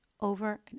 over